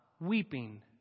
weeping